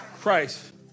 Christ